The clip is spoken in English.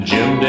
Jim